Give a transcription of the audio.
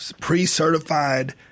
pre-certified